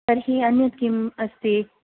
तर्हि अन्यय् किम् अस्ति आ